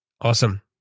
Awesome